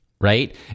right